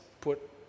put